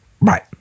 Right